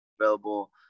available